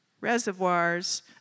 reservoirs